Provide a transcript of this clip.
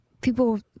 people